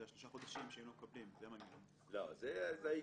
זה השלושה חודשים --- לא, זה העיקרון.